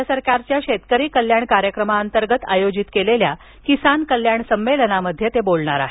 राज्य सरकारच्या शेतकरी कल्याण कार्यक्रमाअंतर्गत आयोजित केलेल्या किसान कल्याण संमेलनात ते बोलणार आहेत